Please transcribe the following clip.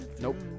nope